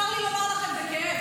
צר לי לומר לכם בכאב.